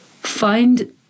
find